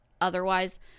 otherwise